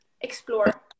explore